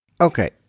okay